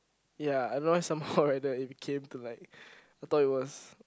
ya I don't know why somehow right the became to like I thought it was